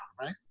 right